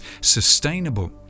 sustainable